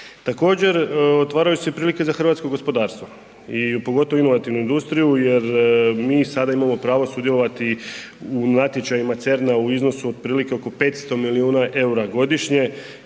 Također otvaraju se prilike za hrvatsko gospodarstvo i pogotovo inovativnu industriju jer mi sada imamo pravo sudjelovati u natječajima CERN-a u iznosu otprilike oko 500 milijuna EUR-a godišnje